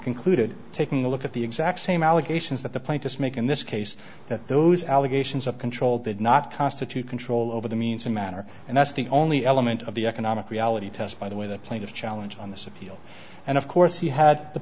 concluded taking a look at the exact same allegations that the plaintiffs make in this case that those allegations of control did not constitute control over the means and manner and that's the only element of the economic reality test by the way the plaintiffs challenge on the subpoena and of course you had the